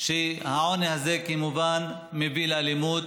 העוני הזה, כמובן, מביא לאלימות.